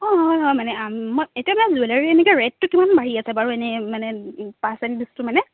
অঁ হয় হয় মানে মই এতিয়ানে জুৱেলাৰী এনেকে ৰেটটো কিমান বাঢ়ি আছে বাৰু এনেই মানে পাৰচেণ্টটেজটো মানে